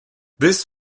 this